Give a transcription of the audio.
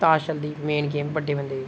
ताश होंदी main game बड्डे बंदें दी